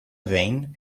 vein